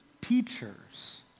teachers